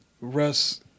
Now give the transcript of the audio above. Russ